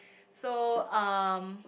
so um